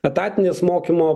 etatinis mokymo